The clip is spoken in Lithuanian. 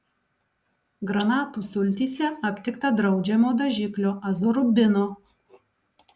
granatų sultyse aptikta draudžiamo dažiklio azorubino